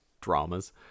dramas